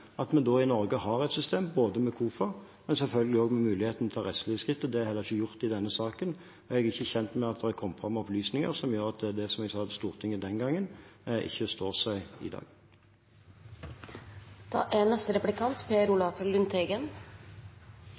i Norge et system både med KOFA og selvfølgelig også med mulighet for å ta rettslige skritt. Det er heller ikke gjort i denne saken. Jeg er ikke kjent med at det er kommet fram opplysninger som gjør at det jeg sa i Stortinget den gangen, ikke står seg i dag. Kjernen i saken er